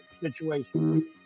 situation